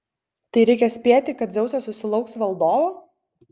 tai reikia spėti kad dzeusas susilauks valdovo